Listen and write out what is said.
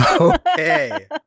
okay